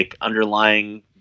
underlying